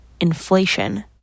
inflation